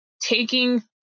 taking